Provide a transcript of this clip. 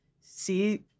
see